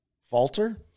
falter